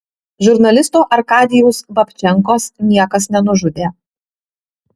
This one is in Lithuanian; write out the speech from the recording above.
žurnalisto arkadijaus babčenkos niekas nenužudė